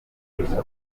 gukeka